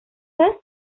first